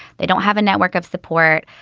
they don't have a network of support.